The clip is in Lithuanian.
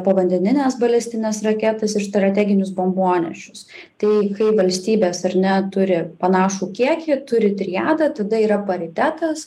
povandenines balistines raketas ir strateginius bombonešius tai kai valstybės ar ne turi panašų kiekį turi triadą tada yra paritetas